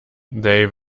they